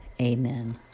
amen